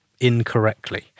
incorrectly